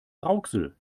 rauxel